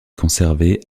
conservée